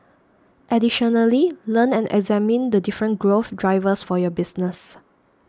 additionally learn and examine the different growth drivers for your business